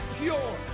pure